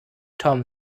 tom